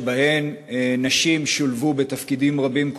שבו נשים שולבו בתפקידים רבים,